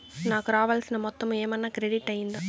నాకు రావాల్సిన మొత్తము ఏమన్నా క్రెడిట్ అయ్యిందా